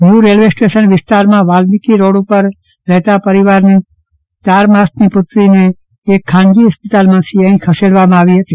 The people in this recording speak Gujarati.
ન્યુ રેલ્વે સ્ટેશન વિસ્તારમાં વાલ્મીકી રોડ ઉપર રહેતા પરિવારની ચાર માસની પુત્રી ને એક ખાનગી હોસ્પિટલમાંથી અત્રે ખસેડવામાં આવી હતી